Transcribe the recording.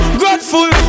grateful